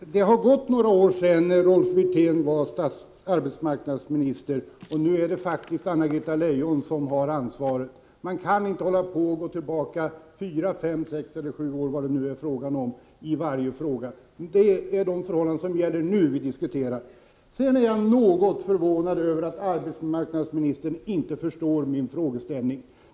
Herr talman! Det har gått några år sedan Rolf Wirtén var arbetsmarknadsminister, och nu är det faktiskt Anna-Greta Leijon som har ansvaret. Man kan inte gå tillbaka fyra, fem, sex eller kanske sju år i tiden i varje fråga. Det är de förhållanden som gäller i dag som vi diskuterar. Jag är något förvånad över att arbetsmarknadsministern inte förstår min frågeställning.